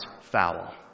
foul